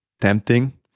tempting